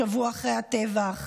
שבוע אחרי הטבח,